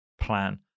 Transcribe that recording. plan